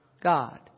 God